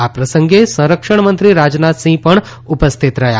આ પ્રસંગે સંરક્ષણમંત્રી રાજનાથસિંહ પણ ઉપસ્થિત રહયા